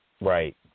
Right